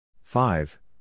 five